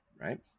right